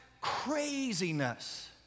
craziness